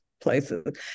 places